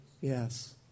Yes